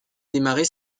démarrer